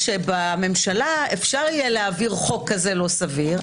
שבממשלה אפשר יהיה להעביר חוק כזה לא סביר,